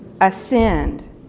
Ascend